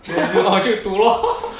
then 我就读 lor